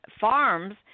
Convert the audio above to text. farms